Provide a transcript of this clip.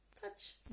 touch